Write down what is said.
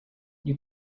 you